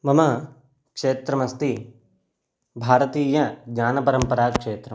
मम क्षेत्रमस्ति भारतीयज्ञानपरम्पराक्षेत्रम्